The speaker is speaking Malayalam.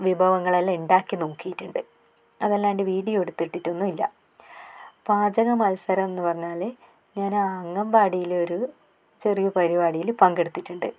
വിഭവങ്ങളെല്ലാം ഉണ്ടാക്കി നോക്കിയിട്ടുണ്ട് അതല്ലാണ്ട് വീഡിയോ എടുത്ത് ഇട്ടിട്ടൊന്നുമില്ല പാചക മത്സരം എന്ന് പറഞ്ഞാൽ ഞാൻ അംഗൻവാടിയിലൊരു ചെറിയ പരുപാടിയിൽ പങ്കെടുത്തിട്ടുണ്ട്